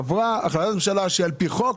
עברה החלטת ממשלה, על פי חוק,